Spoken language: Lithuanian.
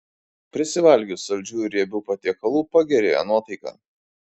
prisivalgius saldžių ir riebių patiekalų pagerėja nuotaika